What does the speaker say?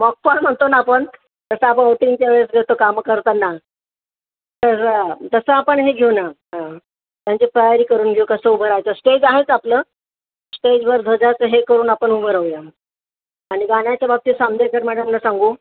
mock poll म्हणतो ना आपण जसं आपण ओटिंगच्या वेळेस घेतो कामं करताना तर तसं आपण हे घेऊ ना त्यांची तयारी करून घेऊ कसं उभं राहायचं स्टेज आहेच आपलं स्टेजवर ध्वजाचं हे करून आपण उभं राहूया आणि गाण्याच्या बाबतीत सामदेकर मॅडमना सांगू